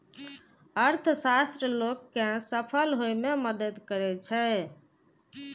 अर्थशास्त्र लोग कें सफल होइ मे मदति करै छै